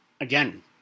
Again